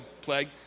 plague